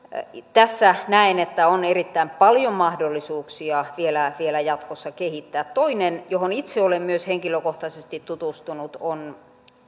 näen että tässä on erittäin paljon mahdollisuuksia vielä vielä jatkossa kehittää toinen johon itse olen myös henkilökohtaisesti tutustunut on